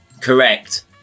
Correct